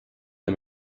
der